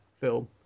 film